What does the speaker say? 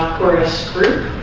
chorus group